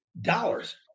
dollars